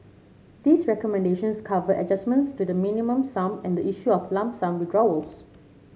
these recommendations cover adjustments to the Minimum Sum and the issue of lump sum withdrawals